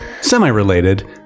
semi-related